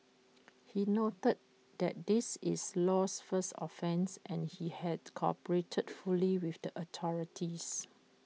he noted that this is Low's first offence and that he had cooperated fully with the authorities